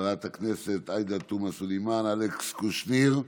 חברת הכנסת עאידה תומא סלימאן, אלכס קושניר.